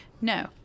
No